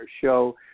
show